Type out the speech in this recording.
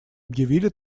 объявили